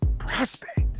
Prospect